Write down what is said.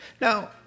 Now